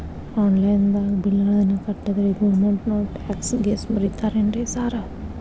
Online ದಾಗ bill ಗಳನ್ನಾ ಕಟ್ಟದ್ರೆ ಗೋರ್ಮೆಂಟಿನೋರ್ ಟ್ಯಾಕ್ಸ್ ಗೇಸ್ ಮುರೇತಾರೆನ್ರಿ ಸಾರ್?